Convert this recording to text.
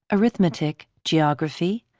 arithmetic, geography,